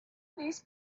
these